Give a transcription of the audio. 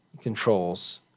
controls